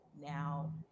Now